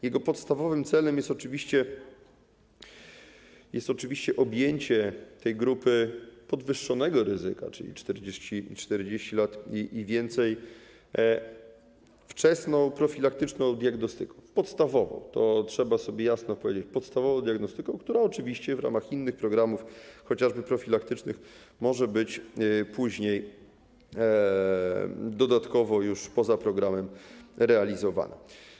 Jego podstawowym celem jest oczywiście objęcie tej grupy podwyższonego ryzyka, czyli osób w wieku 40 lat i więcej, wczesną profilaktyczną diagnostyką, podstawową, to trzeba sobie jasno powiedzieć, podstawową diagnostyką, która oczywiście w ramach innych programów, chociażby profilaktycznych, może być później dodatkowo już poza programem realizowana.